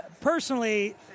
personally